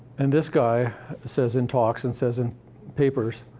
and this guy says in talks, and says in papers,